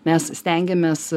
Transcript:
mes stengiamės